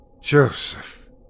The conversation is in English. Joseph